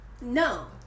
no